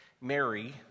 Mary